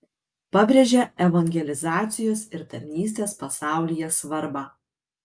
pabrėžia evangelizacijos ir tarnystės pasaulyje svarbą